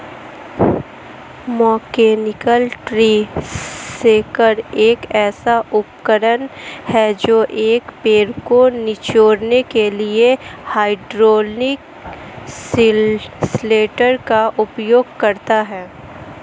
mechanical tree shaker एक ऐसा उपकरण है जो एक पेड़ को निचोड़ने के लिए हाइड्रोलिक सिलेंडर का उपयोग करता है